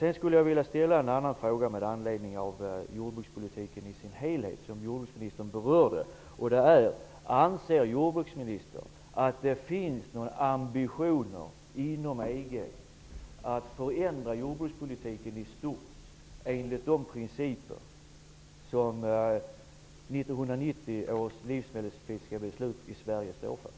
Jag skulle vilja ställa en fråga med anledning av jordbrukspolitiken i dess helhet, som jordbruksministern berörde: Anser jordbruksministern att det finns någon ambition inom EG att förändra jordbrukspolitiken i stort, enligt de principer som 1990 års livsmedelspolitiska beslut i Sverige står för?